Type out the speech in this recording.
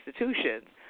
institutions